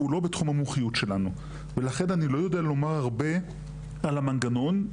הוא לא בתחום המומחיות שלנו ולכן אני לא יודע לומר הרבה על המנגנון,